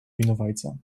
winowajca